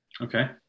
Okay